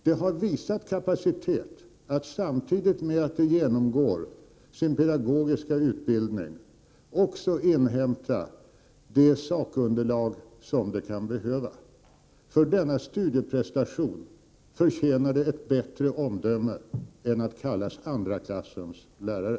De har visat en kapacitet att samtidigt med att genomgå sin pedagogiska utbildning också inhämta det sakunderlag som de kan behöva. För denna studieprestation förtjänar de ett bättre omdöme än att kallas andra klassens lärare.